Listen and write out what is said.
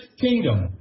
kingdom